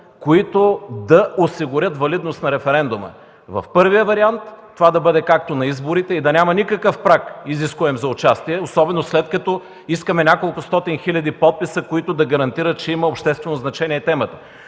които да осигурят валидност на референдума. В първия вариант, това да бъде както на изборите, да няма никакъв изискуем праг за участие, след като искаме неколкостотин хиляди подписа, които да гарантират, че темата има обществено значение.